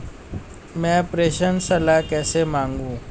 मैं प्रेषण सलाह कैसे मांगूं?